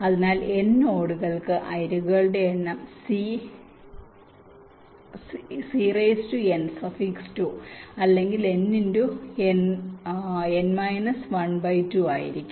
അതിനാൽ n നോഡുകൾക്ക് അരികുകളുടെ എണ്ണം Cn2 അല്ലെങ്കിൽ n × n − 12 ആയിരിക്കും